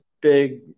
big